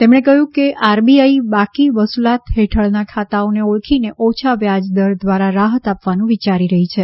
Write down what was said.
તેમણે કહ્યું કે આરબીઆઈ બાકી વસૂલાત હેઠળનાં ખાતાંઓને ઓળખીને ઓછા વ્યાજ દર દ્વારા રાહત આપવાનું વિચારી રહી છે